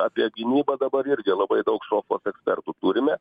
apie gynybą dabar irgi labai daug sofos ekspertų turime